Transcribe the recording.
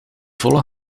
volle